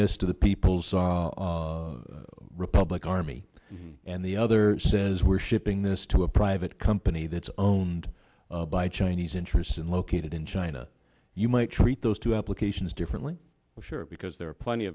to the people's republic army and the other says we're shipping this to a private company that's owned by chinese interests and located in china you might treat those two applications differently sure because there are plenty